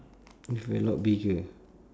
if a lot bigger